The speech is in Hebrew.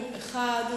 נמנעים.